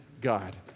God